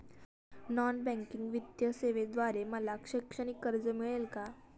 Non banking वित्तीय सेवेद्वारे मला शैक्षणिक कर्ज मिळेल का?